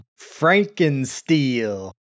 Frankensteel